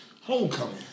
homecoming